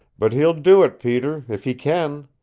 but he'll do it, peter, if he can.